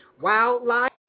wildlife